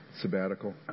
sabbatical